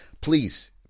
please